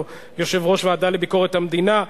או יושב-ראש הוועדה לביקורת המדינה,